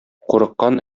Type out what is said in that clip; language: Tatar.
курыккан